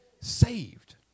Saved